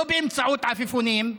לא באמצעות עפיפונים,